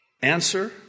Answer